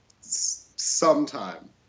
sometime